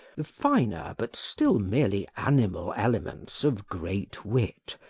the finer but still merely animal elements of great wit,